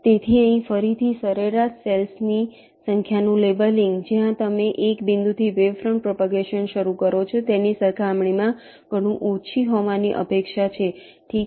તેથી અહીં ફરીથી સરેરાશ સેલ્સ ની સંખ્યા નું લેબલિંગ જ્યાં તમે એક બિંદુથી વેવ ફ્રન્ટ પ્રોપગેશન શરૂ કરો છો તેની સરખામણીમાં ઘણુ ઓછી હોવાની અપેક્ષા છે ઠીક છે